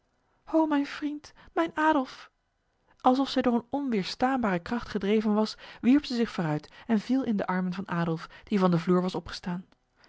o mijn vriend mijn adolf alsof zij door een onweerstaanbare kracht gedreven was wierp zij zich vooruit en viel in de armen van adolf die van de vloer was opgestaan